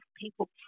people